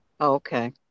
Okay